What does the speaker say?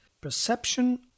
perception